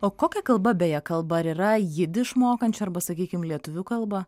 o kokia kalba beje kalba ar yra jidiš mokančių arba sakykim lietuvių kalba